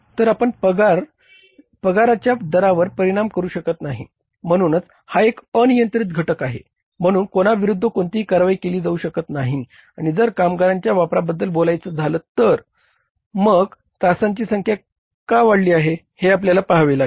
तर आपण पगाराच्या दरावर परिणाम करू शकत नाही म्हणूनच हा एक अनियंत्रित घटक आहे म्हणून कोणाविरूद्ध कोणतीही कारवाई केली जाऊ शकत नाही आणि जर कामगारांच्या वापराबद्दल बोलायचं झाला तर तर मग तासांची संख्या का वाढली हे आपल्याला पहावे लागेल